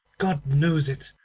god knows it,